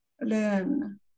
learn